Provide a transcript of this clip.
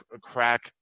crack